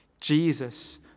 Jesus